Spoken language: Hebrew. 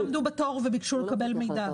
כל הגורמים עמדו בתור וביקשו לקבל מידע.